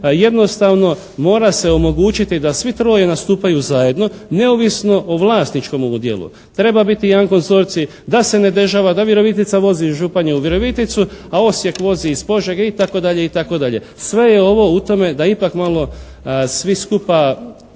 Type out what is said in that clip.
jednostavno mora se omogućiti da svi troje nastupaju zajedno neovisno o vlasničkom udjelu. Treba biti jedan konzorcij da se ne dešava da Virovitica Županju u Viroviticu, a Osijek vozi iz Požege itd., itd. Sve je ovo u tome da ipak malo svi skupa